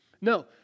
No